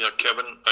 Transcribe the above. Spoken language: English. ah kevin,